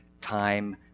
time